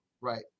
right